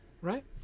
right